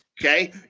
okay